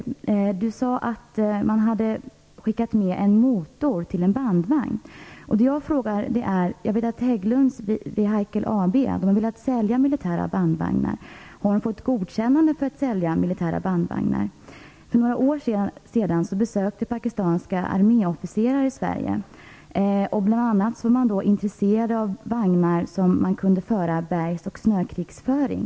Försvarsministern sade att man hade skickat med en motor till en bandvagn. Jag vet att Hägglunds Vehicle AB velat sälja militära bandvagnar. Har de fått godkännande för att sälja militära bandvagnar? För några år sedan besökta pakistanska arméofficerare Sverige. Bl.a. var man då intresserad av bandvagnar som kunde användas i bergs och snökrigföring.